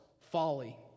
folly